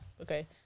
okay